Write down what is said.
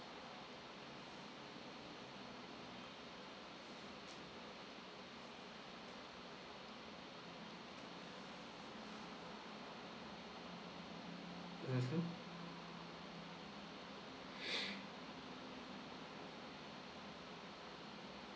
mmhmm